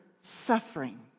suffering